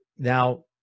Now